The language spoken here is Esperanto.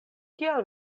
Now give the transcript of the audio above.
kial